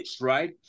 Right